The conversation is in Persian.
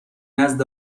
نزد